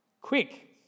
Quick